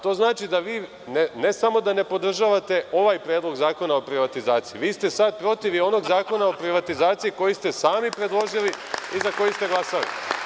To znači da vi, ne samo da ne podržavate ovaj Predlog o privatizaciji, već ste sada protiv onog Zakona o privatizaciji koji ste sami predložili i za koji ste glasali.